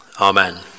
Amen